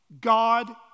God